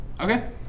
Okay